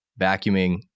vacuuming